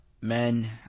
men